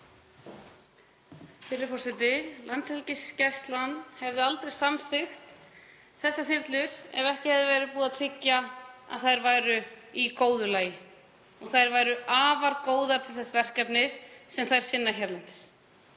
Virðulegi forseti. Landhelgisgæslan hefði aldrei samþykkt þessar þyrlur ef ekki hefði verið búið að tryggja að þær væru í góðu lagi. Þær væru afar góðar til þess verkefnis sem þær sinna hérlendis.